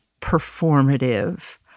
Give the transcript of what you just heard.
performative